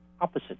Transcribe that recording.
opposite